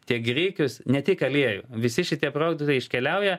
tiek grikius ne tik aliejų visi šitie produktai iškeliauja